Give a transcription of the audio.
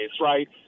right